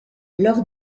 leur